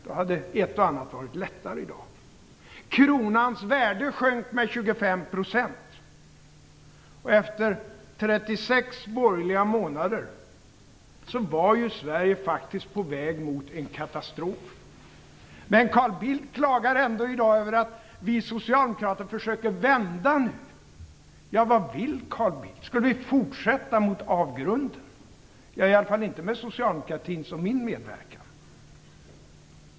Då hade ett och annat varit lättare i dag. Kronans värde sjönk med 25 %. Efter 36 borgerliga månader var Sverige faktiskt på väg mot en katastrof. Men Carl Bildt klagar ändå i dag över att vi socialdemokrater försöker vända. Ja, vad vill Carl Bildt? Skulle vi fortsätta mot avgrunden? I alla fall inte med socialdemokratins och min medverkan.